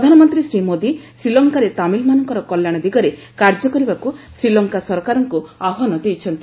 ପ୍ରଧାନମନ୍ତ୍ରୀ ଶ୍ରୀ ମୋଦୀ ଶ୍ରୀଲଙ୍କାର ତାମିଲମାନଙ୍କର କଲ୍ୟାଣ ଦିଗରେ କାର୍ଯ୍ୟ କରିବାକୁ ଶ୍ରୀଲଙ୍କା ସରକାରଙ୍କୁ ଆହ୍ୱାନ ଦେଇଛନ୍ତି